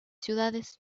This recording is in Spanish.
ciudades